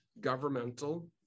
governmental